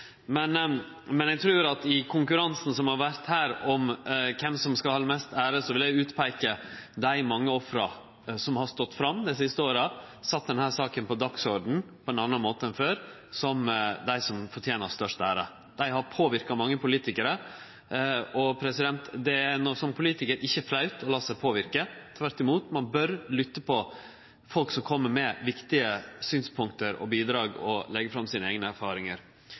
Men eg trur at i konkurransen som har vore her om kven som skal ha mest ære, vil eg utpeike dei mange ofra, som har stått fram dei siste åra og sett denne saka på dagsordenen på ein annan måte enn før, som dei som fortener størst ære. Dei har påverka mange politikarar. Det er som politikar ikkje flaut å la seg påverke. Tvert imot bør ein lytte på folk som kjem med viktige synspunkt og bidrag og legg fram sine eigne erfaringar.